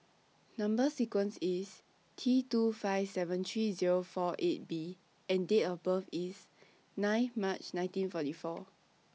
Number sequence IS T two five seven three Zero four eight B and Date of birth IS nine March nineteen forty four